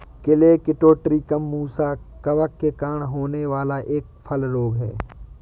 colletotrichum musae कवक के कारण होने वाला एक फल रोग है